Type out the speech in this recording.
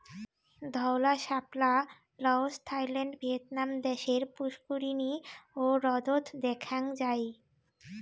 ধওলা শাপলা Laos, Thailand, Vietnam দ্যাশের পুস্কুরিনী ও হ্রদত দ্যাখাং যাই